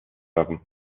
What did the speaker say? agam